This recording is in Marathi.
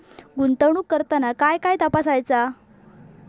गुंतवणूक करताना काय काय तपासायच?